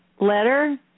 letter